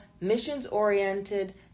missions-oriented